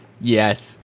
Yes